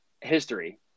history